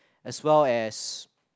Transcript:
as well as